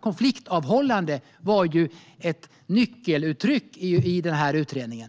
konfliktavhållande var ett nyckeluttryck i denna utredning.